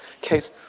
case